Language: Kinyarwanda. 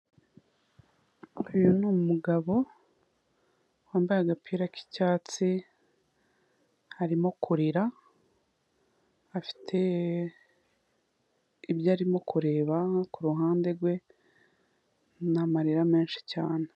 Uyu ni umugabo wambaye agapira k'icyatsi, arimo kurira, afite ibyo arimo kureba ku ruhande rwe n'amarira menshi cyane.